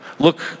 Look